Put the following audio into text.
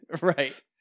Right